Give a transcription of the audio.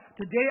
Today